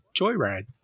Joyride